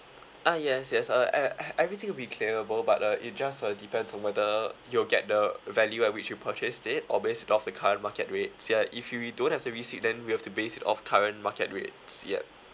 ah yes yes uh uh everything will be claimable but uh it just uh depends on whether you'll get the value at which you purchased it or based it off the current market rates ya if you if don't have the receipt then we have to base it off current market rates yup